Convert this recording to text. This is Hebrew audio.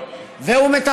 הוא נושם אותו,